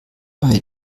bei